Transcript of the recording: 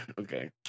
Okay